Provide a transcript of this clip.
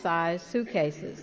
sized suitcases